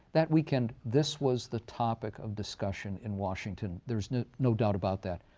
that weekend, this was the topic of discussion in washington, there's no no doubt about that.